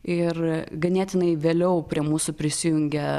ir ganėtinai vėliau prie mūsų prisijungė